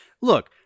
Look